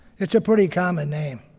it's a pretty common name.